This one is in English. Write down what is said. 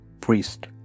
Priest